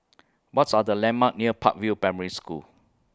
What's Are The landmarks near Park View Primary School